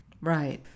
Right